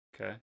Okay